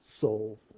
soul